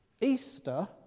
Easter